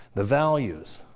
the values,